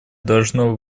должно